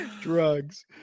Drugs